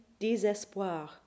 désespoir